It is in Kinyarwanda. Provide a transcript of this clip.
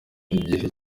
igice